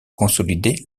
consolider